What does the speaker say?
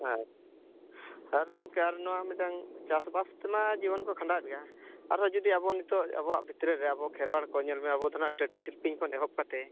ᱟᱪᱪᱷᱟ ᱟᱪᱪᱷᱟ ᱟᱨ ᱜᱚᱢᱠᱮ ᱟᱨ ᱱᱚᱣᱟ ᱢᱤᱫᱴᱮᱱ ᱪᱟᱥᱵᱟᱥ ᱛᱮᱢᱟ ᱡᱤᱭᱚᱱ ᱠᱚ ᱠᱷᱟᱱᱰᱟᱣᱮᱜ ᱜᱮᱭᱟ ᱟᱨᱦᱚᱸ ᱡᱩᱫᱤ ᱟᱵᱚ ᱱᱤᱛᱚᱜ ᱟᱵᱚᱣᱟᱜ ᱵᱷᱤᱛᱨᱤ ᱨᱮ ᱟᱵᱚ ᱠᱷᱮᱨᱣᱟᱲ ᱠᱚ ᱧᱮᱞ ᱢᱮ ᱟᱵᱚ ᱫᱚ ᱦᱟᱸᱜ ᱴᱟᱹᱴᱤ ᱥᱤᱞᱯᱤᱧ ᱠᱷᱚᱱ ᱮᱦᱚᱵ ᱠᱟᱛᱮ